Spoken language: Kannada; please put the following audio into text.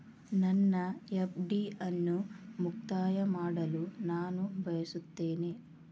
ನನ್ನ ಎಫ್.ಡಿ ಅನ್ನು ಮುಕ್ತಾಯ ಮಾಡಲು ನಾನು ಬಯಸುತ್ತೇನೆ